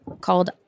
called